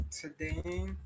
today